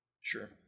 Sure